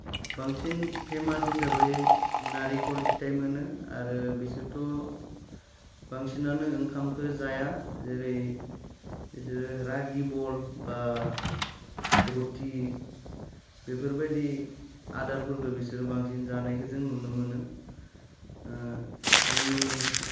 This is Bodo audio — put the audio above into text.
बांसिन फेमास हिसाबै नारिखल फिथाय मोनो आरो बिसोरथ' बांसिनानो ओंखामखो जाया जेरै बिसोरो रागिबल बा रुटि बेफोरबायदि आदारफोरखो बिसोर बांसिन जानायखो जों नुनो मोनो ओ जोंनि